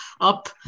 up